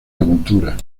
ventura